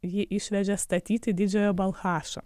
jį išvežė statyti didžiojo balchašo